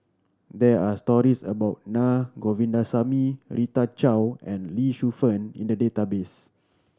there are stories about Na Govindasamy Rita Chao and Lee Shu Fen in the database